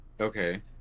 okay